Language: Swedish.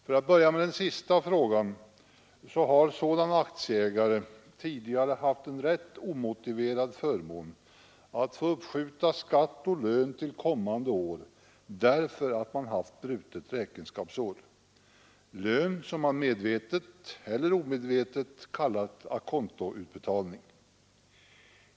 För att börja med den sista frågan, så har aktieägare i fåmansbolag tidigare haft den ganska omotiverade förmånen att få uppskjuta skatt på lön till kommande år, därför att de haft brutet räkenskapsår — lön som de medvetet eller omedvetet kallat å-contoutbetalning.